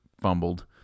fumbled